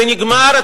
זה נגמר,